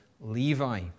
Levi